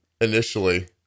initially